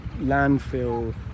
landfill